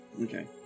Okay